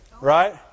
Right